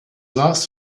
last